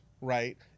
right